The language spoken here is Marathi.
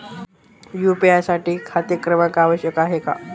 यू.पी.आय साठी खाते क्रमांक आवश्यक आहे का?